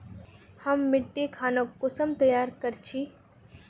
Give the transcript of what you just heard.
हम मिट्टी खानोक कुंसम तैयार कर छी?